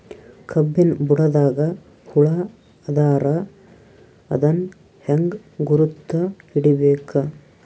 ಕಬ್ಬಿನ್ ಬುಡದಾಗ ಹುಳ ಆದರ ಅದನ್ ಹೆಂಗ್ ಗುರುತ ಹಿಡಿಬೇಕ?